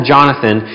Jonathan